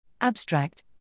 Abstract